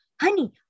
honey